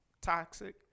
toxic